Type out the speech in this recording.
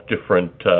different